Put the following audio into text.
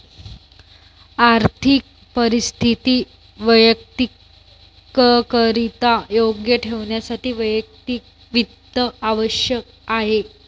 आर्थिक परिस्थिती वैयक्तिकरित्या योग्य ठेवण्यासाठी वैयक्तिक वित्त आवश्यक आहे